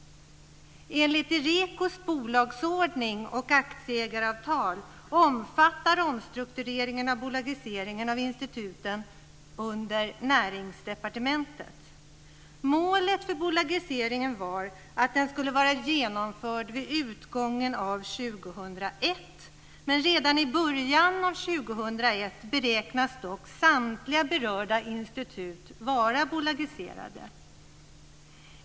Enligt Irekos bolagsordning och aktieägaravtal ligger omstruktureringen av bolagiseringen av instituten under Näringsdepartementet. Målet för bolagiseringen var att den skulle vara genomförd vid utgången av år 2001. Men redan i början av år 2001 beräknas dock samtliga berörda institut vara bolagiserade.